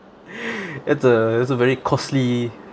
that's a that's a very costly